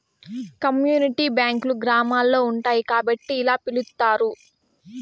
community బ్యాంకులు గ్రామాల్లో ఉంటాయి కాబట్టి ఇలా పిలుత్తారు